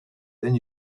then